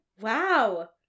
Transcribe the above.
Wow